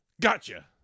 Gotcha